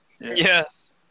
Yes